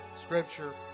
scripture